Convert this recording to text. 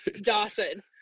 Dawson